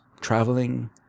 traveling